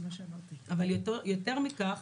יתרה מכך,